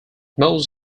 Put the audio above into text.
modes